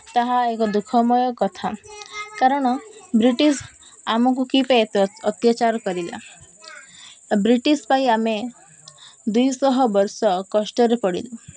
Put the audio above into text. ତାହା ଏକ ଦୁଃଖମୟ କଥା କାରଣ ବ୍ରିଟିଶ୍ ଆମକୁ କି ପାଇଁ ଅତ୍ୟାଚାର କରିଲା ବ୍ରିଟିଶ୍ ପାଇଁ ଆମେ ଦୁଇଶହ ବର୍ଷ କଷ୍ଟରେ ପଡ଼ିଲୁ